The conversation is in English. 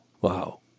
Wow